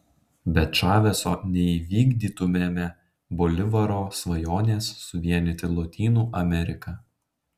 be čaveso neįvykdytumėme bolivaro svajonės suvienyti lotynų ameriką